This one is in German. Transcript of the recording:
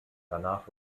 danach